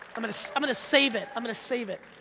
i'm gonna i'm gonna save it, i'm gonna save it.